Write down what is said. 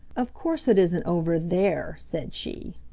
of course it isn't over there, said she.